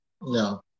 No